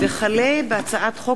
הצעת חוק